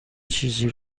چیزی